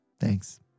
Thanks